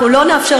כן.